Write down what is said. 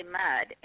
mud